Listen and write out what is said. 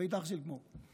ואידך זיל גמור.